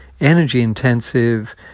energy-intensive